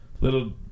Little